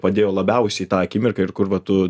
padėjo labiausiai tą akimirką ir kur va tu